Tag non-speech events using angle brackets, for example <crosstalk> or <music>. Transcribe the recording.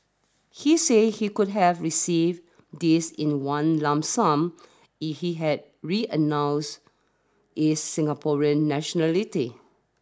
he said he would have received this in one lump sum <unintelligible> he had renounced his Singaporean nationality